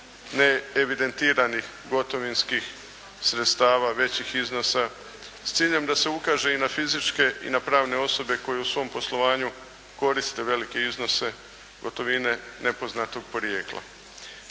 neevidentiranih gotovinskih sredstava većih iznosa s ciljem da se ukaže i na fizičke i na pravne osobe koje u svom poslovanju koriste velike iznose gotovine nepoznatog porijekla.